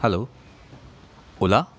hello ola